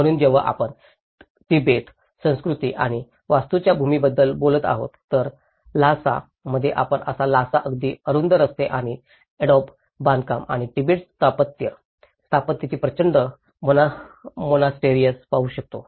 म्हणून जेव्हा आपण तिबेट संस्कृती आणि वास्तूंच्या भूमीबद्दल बोलत आहोत तर ल्हासा मध्ये आपण आता ल्हासा अगदी अरुंद रस्ते आणि अडोब बांधकाम आणि तिबेटी स्थापत्य स्थापनेची प्रचंड मोनास्टरीएस पाहू शकतो